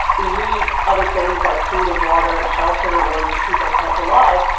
we need other things like food and water and shelter in order to keep ourselves alive,